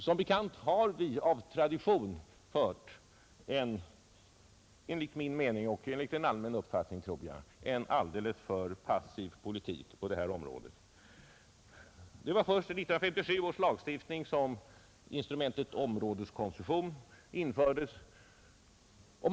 Som bekant har statsmakterna av tradition fört en enligt min mening och enligt allmän uppfattning, tror jag, alldeles för passiv politik på detta område. Det var först i 1957 års lagstiftning som instrumentet områdeskoncession infördes.